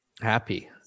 happy